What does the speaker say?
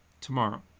tomorrow